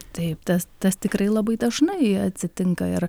taip tas tas tikrai labai dažnai atsitinka ir